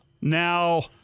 Now